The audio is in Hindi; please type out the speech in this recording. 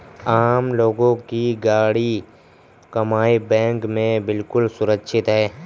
आम लोगों की गाढ़ी कमाई बैंक में बिल्कुल सुरक्षित है